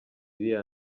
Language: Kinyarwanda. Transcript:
iriya